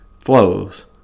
flows